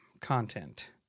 content